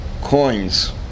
coins